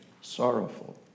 sorrowful